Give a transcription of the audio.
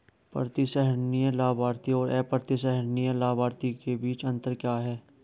प्रतिसंहरणीय लाभार्थी और अप्रतिसंहरणीय लाभार्थी के बीच क्या अंतर है?